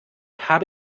habe